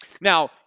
Now